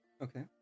Okay